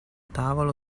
tavolo